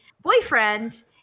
boyfriend